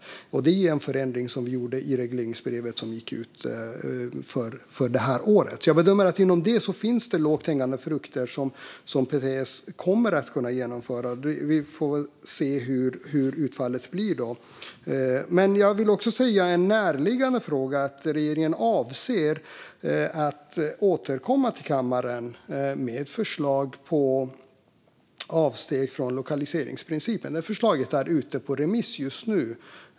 Det är en förändring som vi gjorde i regleringsbrevet som gick ut för detta år. Jag bedömer alltså att det inom detta finns lågt hängande frukter som PTS kommer att kunna genomföra. Vi får se hur utfallet blir. En närliggande fråga är att regeringen avser att återkomma till kammaren med förslag på avsteg från lokaliseringsprincipen. Detta förslag är ute på remiss just nu.